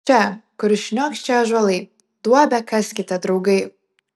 čia kur šniokščia ąžuolai duobę kaskite draugai